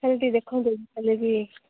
ହେଲେ ଟିକେ ଦେଖନ୍ତୁ କାଲିକି